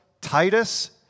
Titus